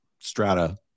strata